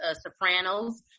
Sopranos